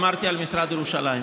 אמרתי על משרד ירושלים.